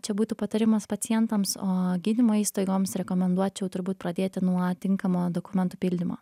čia būtų patarimas pacientams o gydymo įstaigoms rekomenduočiau turbūt pradėti nuo tinkamo dokumentų pildymo